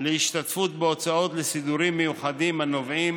להשתתפות בהוצאות לסידורים מיוחדים הנובעים